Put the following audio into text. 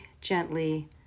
gently